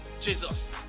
Jesus